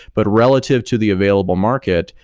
but relative to the available market,